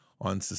on